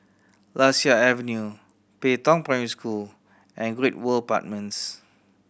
Lasia Avenue Pei Tong Primary School and Great World Apartments